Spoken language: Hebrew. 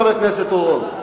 חבר הכנסת אורון,